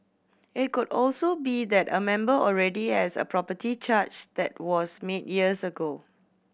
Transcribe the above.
it could also be that a member already has a property charge that was made years ago